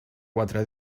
quatre